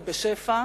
ובשפע.